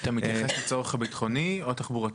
אתה מתייחס לצורך הביטחוני או התחבורתי?